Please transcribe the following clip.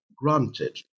Granted